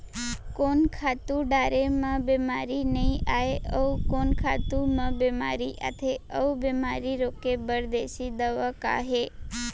कोन खातू डारे म बेमारी नई आये, अऊ कोन खातू म बेमारी आथे अऊ बेमारी रोके बर देसी दवा का हे?